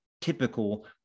typical